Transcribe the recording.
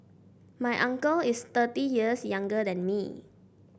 my uncle is thirty years younger than me